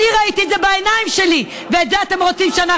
את זה אנחנו לא רוצים.